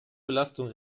belastung